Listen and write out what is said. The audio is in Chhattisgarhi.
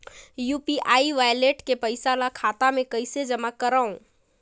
यू.पी.आई वालेट के पईसा ल खाता मे कइसे जमा करव?